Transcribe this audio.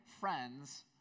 friends